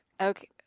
okay